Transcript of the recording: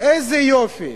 איזה יופי.